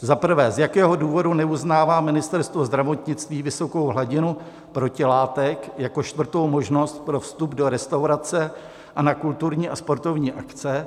Za prvé, z jakého důvodu neuznává Ministerstvo zdravotnictví vysokou hladinu protilátek jako čtvrtou možnost pro vstup do restaurace a na kulturní a sportovní akce?